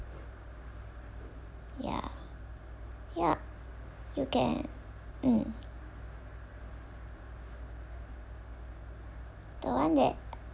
ya ya you can hmm that one that